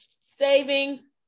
savings